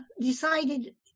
decided